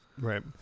right